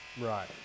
Right